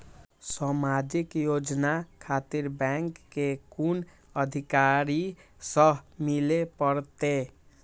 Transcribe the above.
समाजिक योजना खातिर बैंक के कुन अधिकारी स मिले परतें?